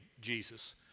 Jesus